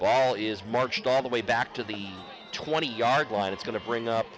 ball is marched all the way back to the twenty yard line it's going to bring